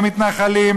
למתנחלים,